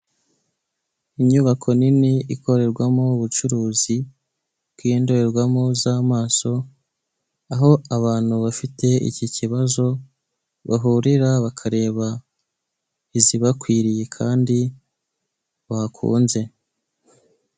Inyubako nini ikorerwamo ubucuruzi, bwindorerwamo z'amaso, aho abantu bafite iki kibazo bahurira bakareba izibakwiriye kandi bakunze.